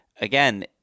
again